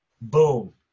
boom